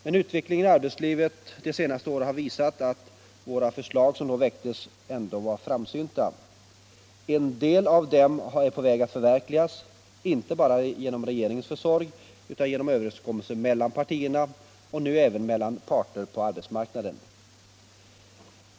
Men utvecklingen i arbetslivet de senaste åren har visat att våra förslag ändå var framsynta. En del av dem är nu på väg att förverkligas — inte bara genom regeringens försorg utan genom öÖverenskommelser mellan partierna ävensom mellan parter på arbetsmarknaden.